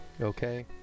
Okay